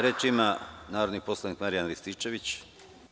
Reč ima narodni poslanik Marijan Rističević.